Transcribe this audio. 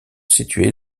situé